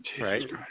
Right